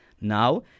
Now